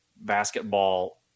basketball